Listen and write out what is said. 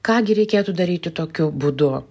ką gi reikėtų daryti tokiu būdu